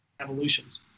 evolutions